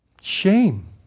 Shame